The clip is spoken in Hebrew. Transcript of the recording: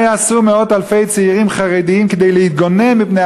מה יעשו מאות-אלפי צעירים חרדים כדי להתגונן מפני